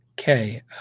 Okay